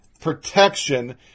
protection